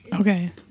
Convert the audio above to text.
Okay